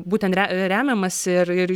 būtent remiamasi ir ir